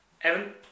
Evan